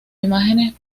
imágenes